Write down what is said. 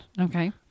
Okay